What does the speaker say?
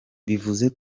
bivuze